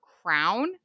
crown